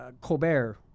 Colbert